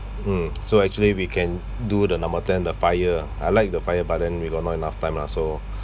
mm so actually we can do the number ten the FIRE I like the FIRE but then we got not enough time lah so